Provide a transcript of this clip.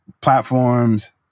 platforms